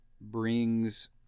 brings